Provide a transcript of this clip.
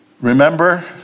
Remember